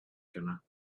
cannot